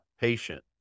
patient